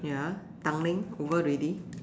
ya Tanglin over already